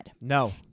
No